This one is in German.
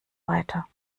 weiter